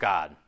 God